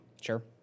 Sure